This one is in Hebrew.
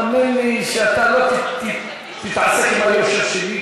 האמן לי שאתה לא תתעסק עם היושר שלי,